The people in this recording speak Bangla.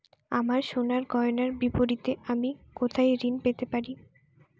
আমার সোনার গয়নার বিপরীতে আমি কোথায় ঋণ পেতে পারি?